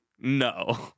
no